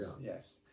yes